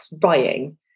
crying